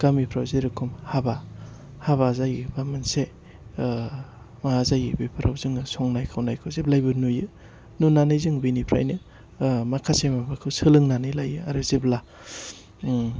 गामिफ्राव जेरेखम हाबा हाबा जायो बा मोनसे माबा जायो बेफोराव जोङो संनाय खावनायखौ जेब्लायबो नुयो नुनानै जों बेनिफ्राइ नो माखासे माबाखौ सोलोंनानै लायो आरो जेब्ला